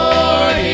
Lord